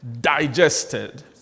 digested